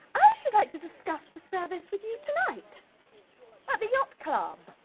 i should like to discuss the service with you tonight at the yacht club.